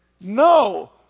No